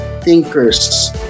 thinkers